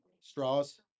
Straws